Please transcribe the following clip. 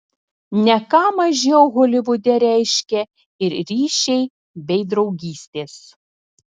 ne ką mažiau holivude reiškia ir ryšiai bei draugystės